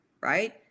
right